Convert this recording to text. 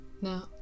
Now